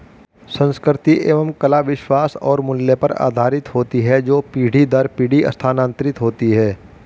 संस्कृति एवं कला विश्वास और मूल्य पर आधारित होती है जो पीढ़ी दर पीढ़ी स्थानांतरित होती हैं